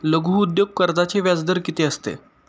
लघु उद्योग कर्जाचे व्याजदर किती असते?